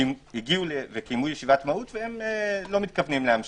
הגיעו ולא מתכוונים להמשיך.